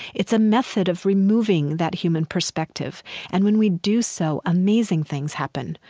it's a method of removing that human perspective and, when we do so, amazing things happen.